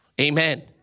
Amen